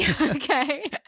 Okay